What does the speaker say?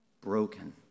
broken